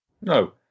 No